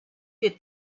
più